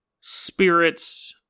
spirits